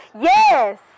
Yes